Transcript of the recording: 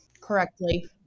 correctly